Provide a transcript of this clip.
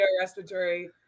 respiratory